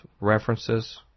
references